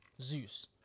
Zeus